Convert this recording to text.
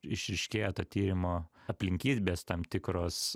išryškėja ta tyrimo aplinkybės tam tikros